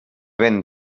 vent